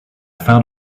found